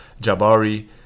Jabari